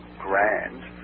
grand